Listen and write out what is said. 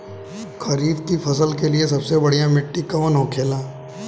खरीफ की फसल के लिए सबसे बढ़ियां मिट्टी कवन होखेला?